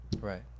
right